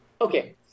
Okay